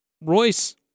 Royce